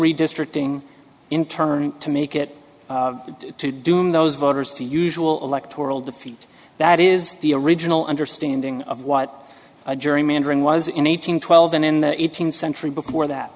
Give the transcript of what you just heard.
redistricting in turn to make it to do in those voters to usual electoral defeat that is the original understanding of what a jury mandarin was in eight hundred twelve and in the eighteenth century before that